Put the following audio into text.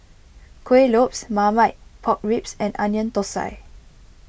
Kuih Lopes Marmite Pork Ribs and Onion Thosai